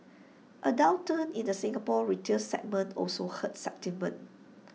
A downturn in the Singapore retail segment also hurt sentiment